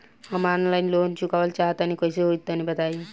हम online loan चुकावल चाहऽ तनि कइसे होई तनि बताई?